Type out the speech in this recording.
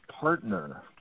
partner